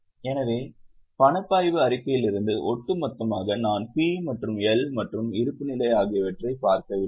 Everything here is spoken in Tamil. எனவே பணப்பாய்வு அறிக்கையிலிருந்து ஒட்டுமொத்தமாக நான் P மற்றும் L மற்றும் இருப்புநிலை ஆகியவற்றைப் பார்க்கவில்லை